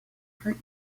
hurt